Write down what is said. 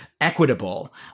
Equitable